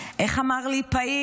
איך אמר לי פעיל?